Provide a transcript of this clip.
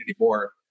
anymore